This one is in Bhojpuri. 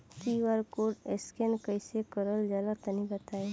क्यू.आर कोड स्कैन कैसे क़रल जला तनि बताई?